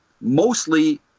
mostly